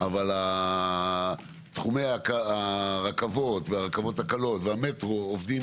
אבל תחומי הרכבות והרכבות הקלות והמטרו עובדים